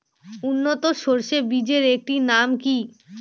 উন্নত সরষে বীজের একটি নাম কি?